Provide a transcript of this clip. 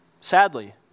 Sadly